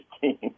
team